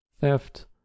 theft